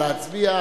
נא להצביע.